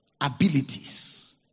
abilities